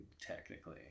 technically